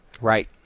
Right